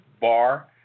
Bar